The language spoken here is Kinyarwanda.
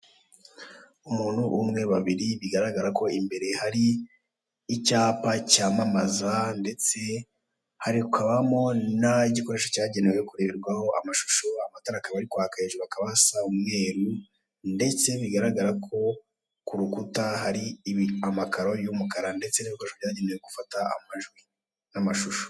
Umuntu umwe babiri, bigaragara ko imbere hari icyapa cyamamaza, ndetse hakabamo na igikoresho cyagenewe kureberwaho amashusho, amatara akaba ari kwaka, hejuru hakaba hasa umweru, ndetse bigaragara ko ku rukuta hari amakaro y'umukara, ndetse n'ibikoresho byagenewe gufata amajwi, n'amashusho.